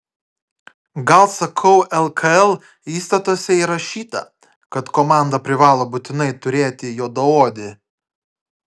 gal sakau lkl įstatuose įrašyta kad komanda privalo būtinai turėti juodaodį